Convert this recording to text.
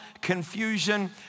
confusion